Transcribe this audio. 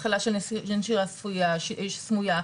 התחלה של נשירה סמויה,